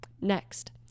next